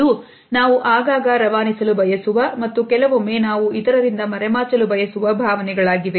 ಅದು ನಾವು ಆಗಾಗ ರವಾನಿಸಲು ಬಯಸುವ ಮತ್ತು ಕೆಲವೊಮ್ಮೆ ನಾವು ಇತರರಿಂದ ಮರೆಮಾಚಲು ಬಯಸುವ ಭಾವನೆಗಳಾಗಿವೆ